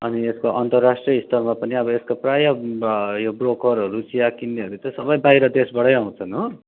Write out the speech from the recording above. अनि यसको अन्तराष्ट्रिय स्तरमा पनि अब यसको प्राय यो ब्रोकरहरू चिया किन्नेहरू चाहिँ सबै बाहिर देशबाटै आँउछन् हो